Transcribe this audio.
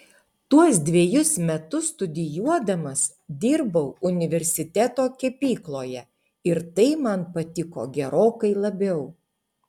tuos dvejus metus studijuodamas dirbau universiteto kepykloje ir tai man patiko gerokai labiau